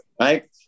Right